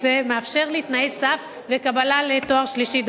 זה מאפשר לי תנאי סף וקבלה לתואר שלישי.